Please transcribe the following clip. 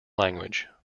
language